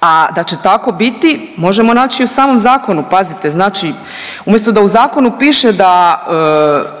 a da će tako biti možemo naći i u samom zakonu. Pazite, znači umjesto da u zakonu piše da